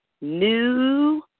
new